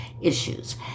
issues